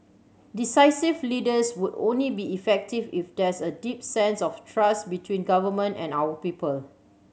decisive leaders would only be effective if there's a deep sense of trust between government and our people